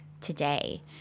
today